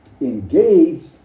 engaged